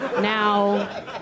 now